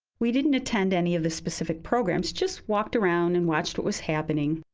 we didn't attend any of the specific programs, just walked around and watched what was happening,